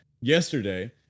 yesterday